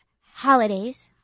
Holidays